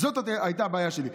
זאת הייתה הבעיה שלי,